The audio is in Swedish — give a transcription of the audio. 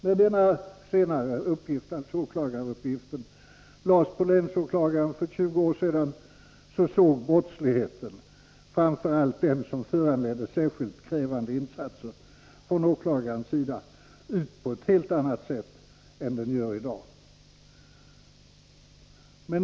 När denna senare arbetsuppgift, dvs. åklagaruppgiften, för 20 år sedan lades på länsåklagaren såg brottsligheten, framför allt den som föranledde särskilt krävande insatser från åklagarens sida, ut på ett helt annat sätt än i dag.